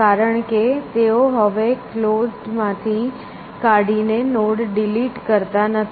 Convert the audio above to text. કારણ કે તેઓ હવે કલોઝ માંથી કાઢીને નોડ ડિલીટ કરતા નથી